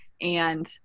and-